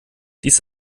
dies